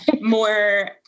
more